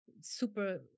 super